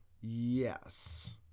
Yes